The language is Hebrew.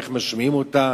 איך משמיעים אותה,